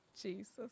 Jesus